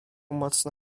mocno